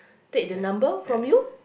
take the number from you